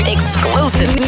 Exclusive